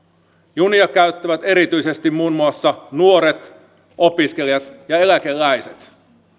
junia käyttävät erityisesti muun muassa nuoret opiskelijat ja eläkeläiset